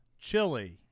chili